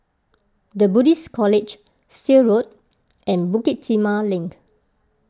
the Buddhist College Still Road and Bukit Timah Link